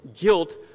guilt